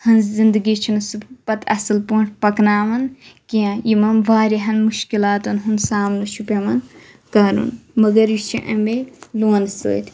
ہٕنٛز زِندگی چھِ نہٕ سُہ پَتہٕ اَصٕل پٲٹھۍ پَکناوَان کینٛہہ یِمن واریاہَن مُشکِلاتَن ہُنٛد سامنہٕ چھُ پیٚوان کَرُن مگر یہِ چھِ اَمے لونہٕ سۭتۍ